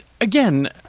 again